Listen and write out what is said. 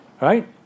Right